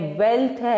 wealth